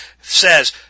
says